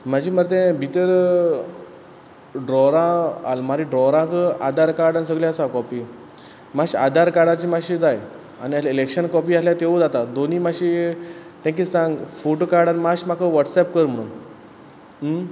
म्हाजी मर तें भितर ड्रॉवरा आलमारी ड्रॉवराक आदार कार्ड सगले आसा कॉपी माश्शे आदार काडाचे माश्शे जाय आनी इल इलॅक्शन कॉपी आल्ह्या त्योवू जाता दोनीय माश्शी तेक कित सांग फोट काड आन माश्श म्हाका वॉट्सॅप कर म्हुणू